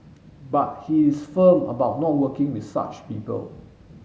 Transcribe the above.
but he is firm about not working with such people